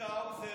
צביקה האוזר